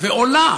ועולה